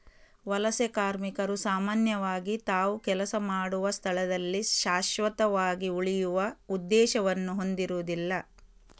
ವಲಸೆ ಕಾರ್ಮಿಕರು ಸಾಮಾನ್ಯವಾಗಿ ತಾವು ಕೆಲಸ ಮಾಡುವ ಸ್ಥಳದಲ್ಲಿ ಶಾಶ್ವತವಾಗಿ ಉಳಿಯುವ ಉದ್ದೇಶವನ್ನು ಹೊಂದಿರುದಿಲ್ಲ